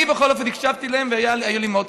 אני, בכל אופן, הקשבתי להן והיה לי מאוד חשוב.